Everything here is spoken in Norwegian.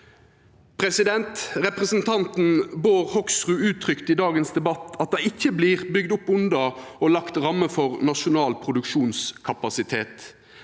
innspel. Representanten Bård Hoksrud uttrykte i dagens debatt at det ikkje vert bygd opp under og lagt rammer for nasjonal produksjonskapasitet.